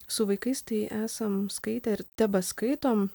su vaikais tai esam skaitę ir tebeskaitom